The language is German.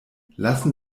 lassen